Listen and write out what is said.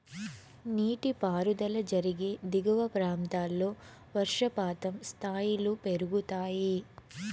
నీటిపారుదల జరిగే దిగువ ప్రాంతాల్లో వర్షపాతం స్థాయిలు పెరుగుతాయి